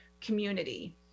community